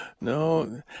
No